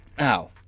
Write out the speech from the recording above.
Ow